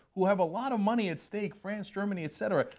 who have a lot of money at stake, france, germany, etc,